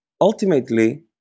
ultimately